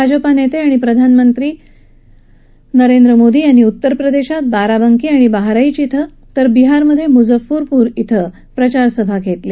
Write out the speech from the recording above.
भाजपा नेते आणि प्रधानमंत्री नरेंद्र मोदी यांनी उत्तर प्रदेशात बाराबांकी आणि बाहरीच श्विं तर बिहारमधे मुजफ्फरपूर श्विं प्रचारसभा घेतल्या